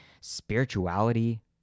spirituality